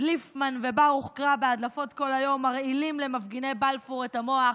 דליפמן וברוך קרא בהדלפות כל היום מרעילים למפגיני בלפור את המוח.